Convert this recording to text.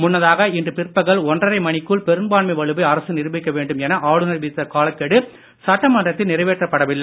முன்னதாக இன்று பிற்பகல் ஒன்றரை மணிக்குள் பெரும்பான்மை வலுவை அரசு நிரூபிக்க வேண்டும் என ஆளுநர் விதித்த காலக்கெடு சட்டமன்றத்தில் நிறைவேற்றப்படவில்லை